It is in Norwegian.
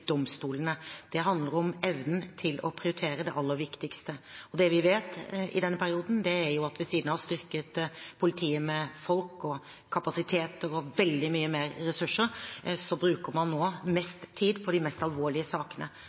Det handler om evnen til å prioritere det aller viktigste. Det vi vet, er at siden vi i denne perioden har styrket politiet med folk og kapasiteter og veldig mye mer ressurser, bruker man nå mest tid på de mest alvorlige sakene.